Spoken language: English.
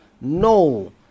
No